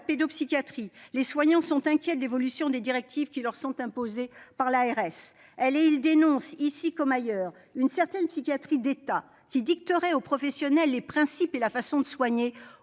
pédopsychiatrie, les soignants sont inquiets de l'évolution des directives qui leur sont imposées par l'ARS (agence régionale de santé). Ils dénoncent, ici comme ailleurs, une certaine psychiatrie d'État, qui dicterait aux professionnels les principes et la façon de soigner,